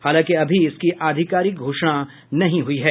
हालांकि अभी इसकी आधिकारिक घोषणा नहीं हुई है